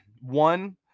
one